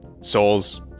souls